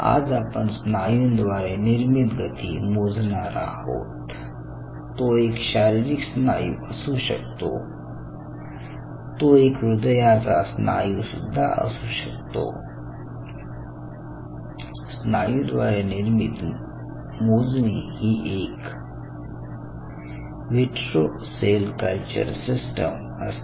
आज आपण स्नायूद्वारे निर्मित गती मोजणार आहोत तो एक शारीरिक असु शकते तो एक हृदयाचा स्नायू सुद्धा असू शकतो स्नायू द्वारे निर्मित मोजणी ही एक व्हिट्रो सेल कल्चर सिस्टम असते